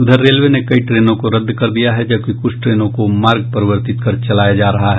उधर रेलवे ने कई ट्रेनों को रद्द कर दिया है जबकि कुछ ट्रेनों को मार्ग परिवर्तित कर चलाया जा रहा है